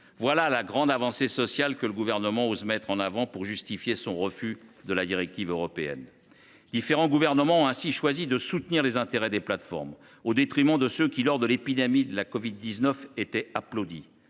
Voilà la grande avancée sociale que le Gouvernement ose mettre en avant pour justifier son refus de la directive européenne. Différents gouvernements ont ainsi choisi de soutenir les intérêts des plateformes, au détriment de ceux qui, lors de l’épidémie de la covid 19, étaient applaudis,